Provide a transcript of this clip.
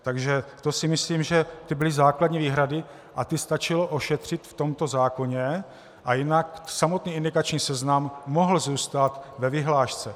Takže to si myslím, že byly základní výhrady a ty stačilo ošetřit v tomto zákoně a jinak samotný indikační seznam mohl zůstat ve vyhlášce.